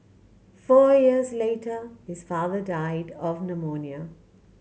four years later his father died of pneumonia